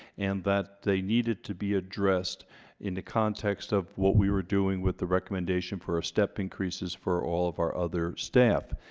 and that they needed to be addressed in the context of what we were doing with the recommendation for our step increases for all of our other staff.